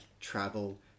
travel